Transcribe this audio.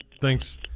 thanks